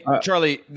Charlie